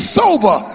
sober